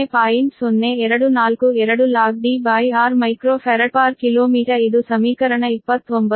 0242Dr µfkm ಇದು ಸಮೀಕರಣ 29 ಆಗಿದೆ